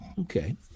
Okay